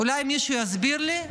אולי מישהו יסביר לי?